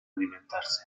alimentarse